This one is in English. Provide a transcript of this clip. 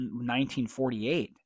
1948